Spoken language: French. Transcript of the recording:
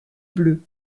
bleu